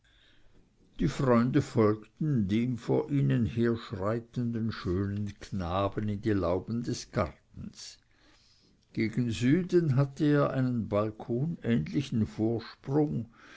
die freunde folgten dem vor ihnen herschreitenden schönen knaben in die lauben des gartens gegen süden hatte er einen balkonähnlichen vorsprung